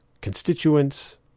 constituents